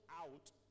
out